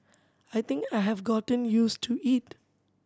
I think I have gotten used to it